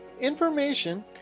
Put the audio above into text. information